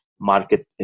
market